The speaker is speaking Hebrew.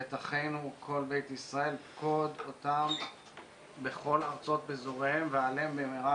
ואת אחינו כל בני ישראל פקוד אותם בכל ארצות אזוריהם והעלה אותם במהרה